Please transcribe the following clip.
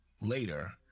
later